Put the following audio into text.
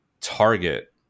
target